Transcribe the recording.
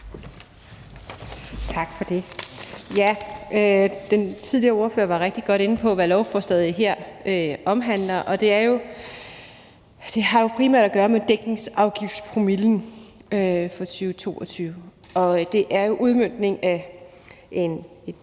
Tak for det. Den tidligere ordfører gjorde rigtig godt rede for, hvad lovforslaget her omhandler. Det har jo primært at gøre med dækningsafgiftspromillen for 2022, og det er udmøntningen af et